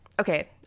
okay